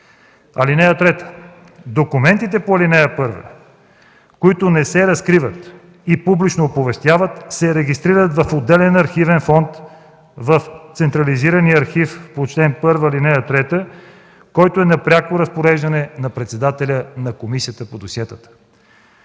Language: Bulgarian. (3) Документите по ал. 1, които не се разкриват и публично оповестяват, се регистрират в отделен архивен фонд в централизирания архив по чл. 1, ал. 3, който е на пряко разпореждане на председателя на комисията.” Искам